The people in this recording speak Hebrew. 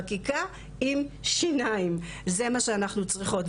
חקיקה עם שיניים, זה מה שאנחנו צריכות.